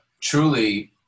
Truly